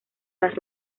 las